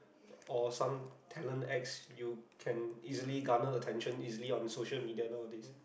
or some talent X you can easily garner attention easily on social media nowadays